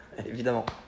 évidemment